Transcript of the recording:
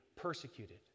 persecuted